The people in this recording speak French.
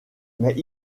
mais